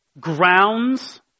grounds